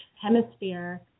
hemisphere